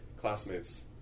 classmates